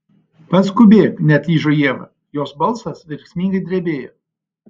paskubėk neatlyžo ieva jos balsas verksmingai drebėjo